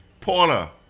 Paula